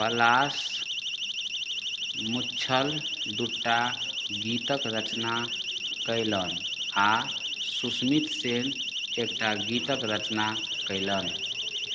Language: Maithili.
पलाश मुच्छल दूटा गीतक रचना कयलनि आओर सुस्मित सेन एकटा गीतक रचना कयलनि